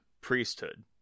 priesthood